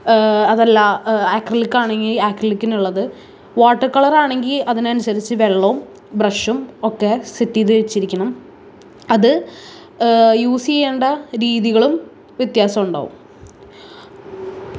അതല്ല അക്രിലിക് ആണെങ്കിൽ ആക്രിലിക്കിനുള്ളത് വാട്ടർ കളറാണെങ്കിൽ അതിന് അനുസരിച്ച് വെള്ളവും ബ്രെഷും ഒക്കെ സെറ്റ് ചെയ്ത് വെച്ചിരിക്കണം അത് യൂസ് ചെയ്യേണ്ട രീതികളും വ്യത്യാസമുണ്ടാകും